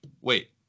Wait